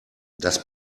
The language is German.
das